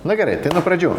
na gerai tai nuo pradžių